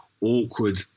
awkward